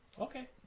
Okay